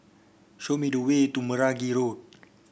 show me the way to Meragi Road